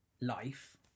life